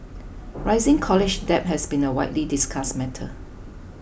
rising college debt has been a widely discussed matter